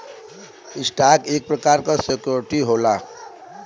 stock एक प्रकार क सिक्योरिटी होला